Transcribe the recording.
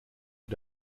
ihr